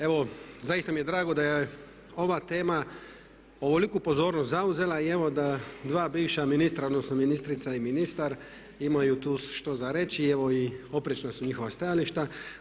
Evo, zaista mi je drago da je ova tema ovoliku pozornost zauzela i evo da dva bivša ministra odnosno ministrica i ministar imaju tu što za reći i evo oprečna su njihova stajališta.